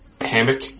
hammock